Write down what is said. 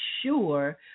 sure